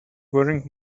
wearing